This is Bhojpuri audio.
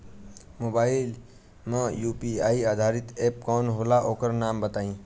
मोबाइल म यू.पी.आई आधारित एप कौन होला ओकर नाम बताईं?